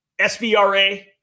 SVRA